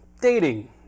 dating